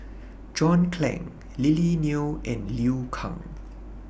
John Clang Lily Neo and Liu Kang